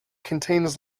contains